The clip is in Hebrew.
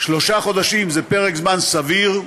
שלושה חודשים זה פרק זמן סביר,